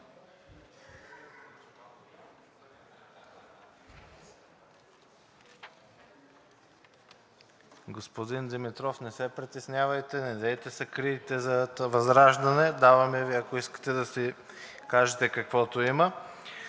Господин Димитров, не се притеснявайте, недейте се крийте зад ВЪЗРАЖДАНЕ. Даваме Ви, ако искате, да си кажете каквото има.